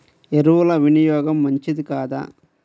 ఎరువుల వినియోగం మంచిదా కాదా?